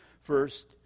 First